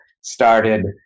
started